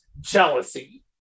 jealousy